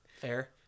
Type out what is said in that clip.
fair